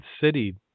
City